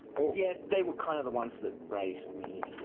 yeah they were kind of the ones that raised me.